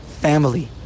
family